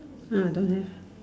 ha don't have